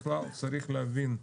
בכלל צריך להבין,